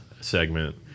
segment